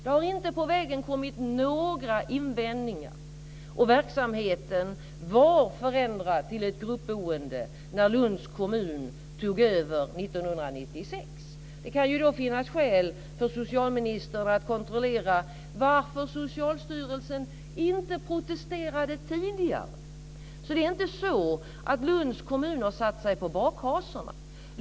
Det har inte på vägen kommit några invändningar, och verksamheten var förändrad till ett gruppboende när Lunds kommun tog över 1996. Det kan finnas skäl för socialministern att kontrollera varför Socialstyrelsen inte protesterade tidigare. Det är inte så att Lunds kommun har satt sig på bakhasorna.